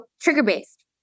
trigger-based